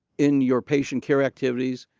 in your patient care activities,